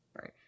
right